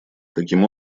таким